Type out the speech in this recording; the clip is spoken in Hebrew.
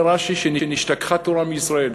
אומר רש"י, שנשתכחה תורה מישראל.